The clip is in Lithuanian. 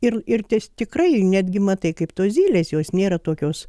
ir ir tikrai netgi matai kaip tos zylės jos nėra tokios